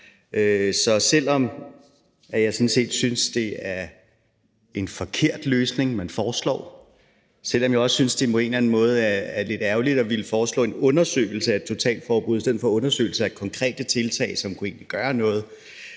så selv om jeg sådan set synes, det er en forkert løsning, man foreslår, og selv om jeg også synes, det på en eller anden måde er lidt ærgerligt, at man foreslår en undersøgelse af et totalforbud i stedet for en undersøgelse af konkrete tiltag, som egentlig kunne gøre noget,